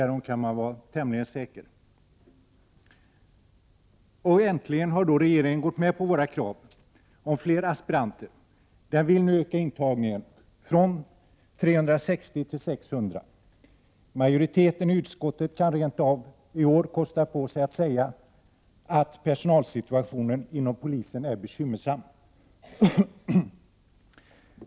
Regeringen har nu äntligen gått med på våra krav på fler polisaspiranter. Den vill nu öka intagningen av elever vid polishögskolan från 360 till 600. Majoriteten i utskottet kan rent av i år kosta på sig att skriva att personalsituationen inom polisen är bekymmersam.